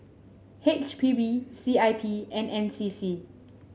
H P B C I P and N C C